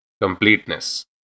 Completeness